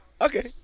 okay